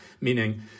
meaning